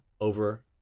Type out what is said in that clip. over